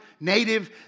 Native